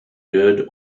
good